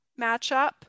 matchup